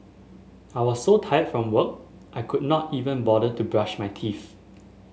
I was so tired from work I could not even bother to brush my teeth